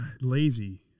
lazy